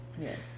Yes